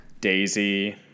Daisy